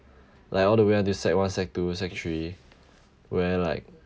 like all the way until sec one sec two sec three where like